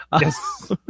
Yes